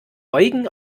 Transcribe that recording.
eugen